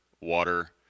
water